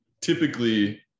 typically